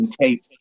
tape